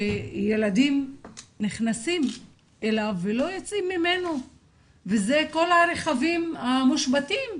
שילדים נכנסים אליו ולא יוצאים ממנו וזה כל הרכבים המושבתים.